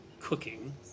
cooking